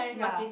ya